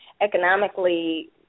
economically